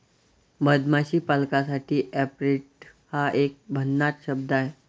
मधमाशी पालकासाठी ऍपेरिट हा एक भन्नाट शब्द आहे